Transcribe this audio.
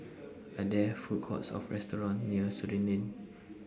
Are There Food Courts of restaurants near Surin Lane